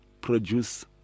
produce